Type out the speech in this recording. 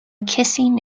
kissing